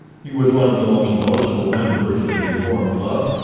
he was one of the most noticeable members of the reform club,